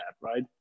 right